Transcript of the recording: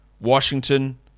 Washington